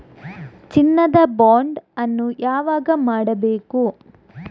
ಚಿನ್ನ ದ ಬಾಂಡ್ ಅನ್ನು ಯಾವಾಗ ಮಾಡಬೇಕು?